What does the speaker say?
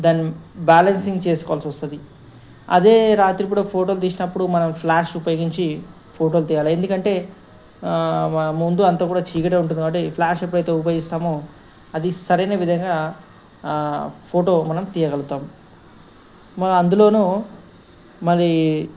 దాని బ్యాలన్సింగ్ చేసుకోవాల్సి వస్తుంది అదే రాత్రి పూట కూడా ఫోటోలు తీసినప్పుడు మనం ఫ్లాష్ ఉపయోగించి ఫోటోలు తీయాలి ఎందుకంటే మ ముందు అంతా కూడా చీగటే ఉంటుంది కాబట్టి ఫ్లాష్ ఎప్పుడైతే ఉపయోగిస్తామో అది సరైన విధంగా ఫోటో మనం తీయగలుగుతాము మనం అందులోనూ మరి